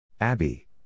Abby